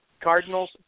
Cardinals